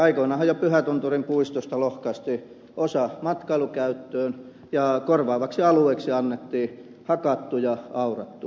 aikoinaanhan jo pyhätunturin puistosta lohkaistiin osa matkailukäyttöön ja korvaavaksi alueeksi annettiin hakattu ja aurattu alue